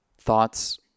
thoughts